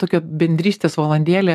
tokia bendrystės valandėlė